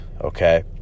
okay